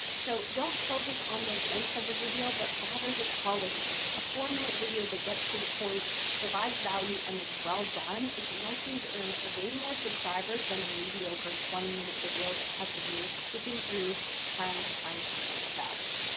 so don't focus on the length of a video, but rather the quality, a four minute video that gets to the point provides value and is well done, is likely to earn way more subscribers than a mediocre twenty minute video that has the viewer skipping through trying to find something of value.